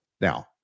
Now